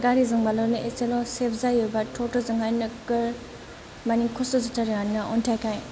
गारिजोंब्लाल'नो एसेल' सेफ जायो बाट ट'ट'जोंहाय नोगोद माने खस्थ' जाथारो आरोना अन्थायखाय